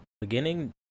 Beginning